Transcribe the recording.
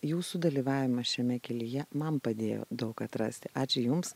jūsų dalyvavimas šiame kelyje man padėjo daug atrasti ačiū jums